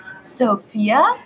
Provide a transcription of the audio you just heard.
Sophia